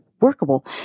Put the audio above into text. workable